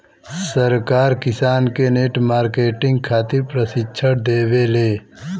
सरकार किसान के नेट मार्केटिंग खातिर प्रक्षिक्षण देबेले?